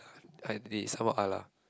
I did some more lah